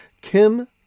Kim